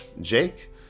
Jake